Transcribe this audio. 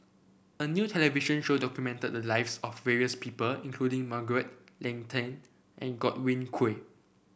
a new television show documented the lives of various people including Margaret Leng Tan and Godwin Koay